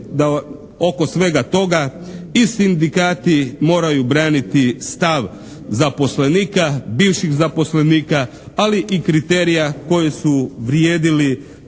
da oko svega toga i sindikati moraju braniti stav zaposlenika, bivših zaposlenika ali i kriterija koji su vrijedili